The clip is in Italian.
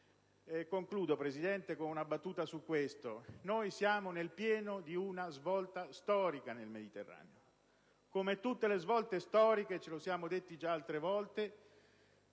Concludo, signora Presidente, con una battuta su questo: siamo nel pieno di una svolta storica nel Mediterraneo. Come tutte le svolte storiche - ce lo siamo detti già altre volte